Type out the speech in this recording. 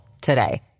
today